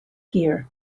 gear